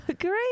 great